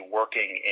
working